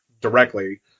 directly